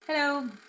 Hello